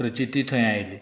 प्रचिती थंय आयली